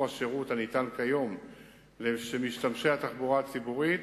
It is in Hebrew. השירות הניתן כיום למשתמשי התחבורה הציבורית